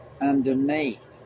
underneath